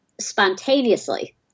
spontaneously